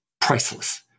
priceless